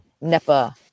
NEPA